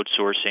outsourcing